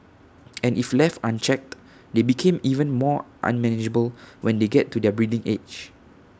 and if left unchecked they become even more unmanageable when they get to their breeding age